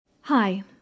Hi